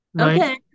Okay